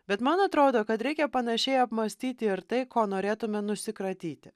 bet man atrodo kad reikia panašiai apmąstyti ir tai ko norėtume nusikratyti